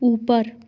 ऊपर